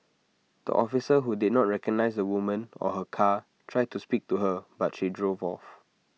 the officers who did not recognise the woman or her car tried to speak to her but she drove off